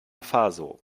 faso